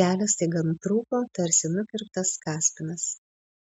kelias staiga nutrūko tarsi nukirptas kaspinas